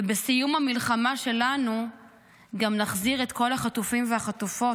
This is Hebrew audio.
ובסיום המלחמה שלנו גם נחזיר את כל החטופים והחטופות.